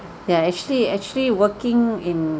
ya actually actually working in